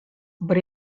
but